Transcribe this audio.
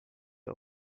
are